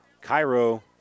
Cairo